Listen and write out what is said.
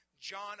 John